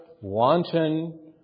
wanton